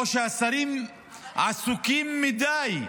או שהשרים עסוקים מדי.